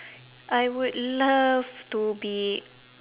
I would love to be